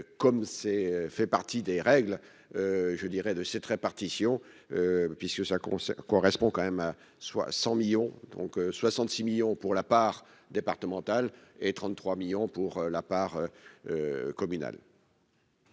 comme c'est fait partie des règles je dirais de cette répartition puisque ça concerne correspond quand même, soit 100 millions donc 66 millions pour la part départementale et 33 millions pour la part communale.